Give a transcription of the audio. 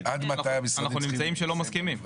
אנחנו נמצאים שלא מסכימים.